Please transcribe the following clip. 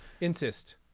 Insist